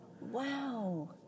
Wow